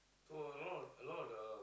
so a lot a lot the